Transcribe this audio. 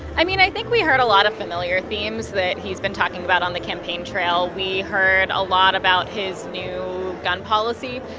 i mean, i think we heard a lot of familiar themes that he's been talking about on the campaign trail. we heard a lot about his new gun policy.